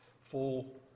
full